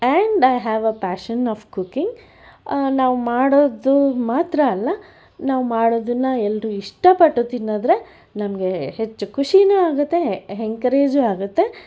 and I have a passion of cooking ನಾವು ಮಾಡೋದು ಮಾತ್ರ ಅಲ್ಲ ನಾವು ಮಾಡೋದನ್ನ ಎಲ್ಲರೂ ಇಷ್ಟಪಟ್ಟು ತಿನ್ನದ್ರೆ ನಮಗೆ ಹೆಚ್ಚು ಖುಷೀನು ಆಗುತ್ತೆ ಹೆನ್ಕರೇಜು ಆಗುತ್ತೆ